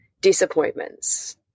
disappointments